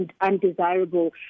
undesirable